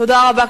תודה רבה.